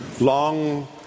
long